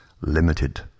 limited